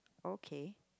okay